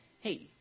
Hey